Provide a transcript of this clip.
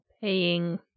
paying